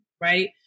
right